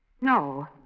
No